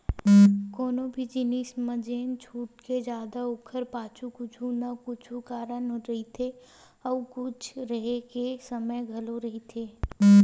कोनो भी जिनिस म जेन छूट दे जाथे ओखर पाछू कुछु न कुछु कारन रहिथे अउ छूट रेहे के समे घलो रहिथे